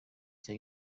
cya